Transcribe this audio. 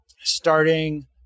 starting